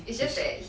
his